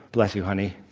bless you, honey.